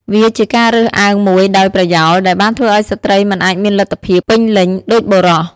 វាជាការរើសអើងមួយដោយប្រយោលដែលបានធ្វើឱ្យស្ត្រីមិនអាចមានលទ្ធភាពពេញលេញដូចបុរស។